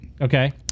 Okay